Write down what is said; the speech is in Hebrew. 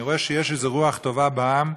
אני רואה שיש רוח טובה בעם.